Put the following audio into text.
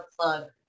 plug